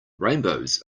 rainbows